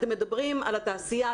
אתם מדברים על התעשייה,